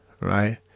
right